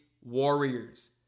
Warriors